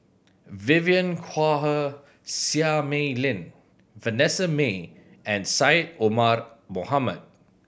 Vivien Quahe Seah Mei Lin Vanessa Mae and Syed Omar Mohamed